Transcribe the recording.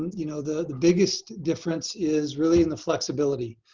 you know the the biggest difference is really in the flexibility.